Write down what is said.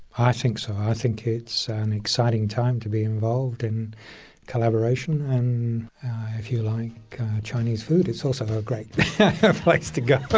i think so, i think it's an exciting time to be involved in collaboration, and if you like chinese food it's also a great like place to go!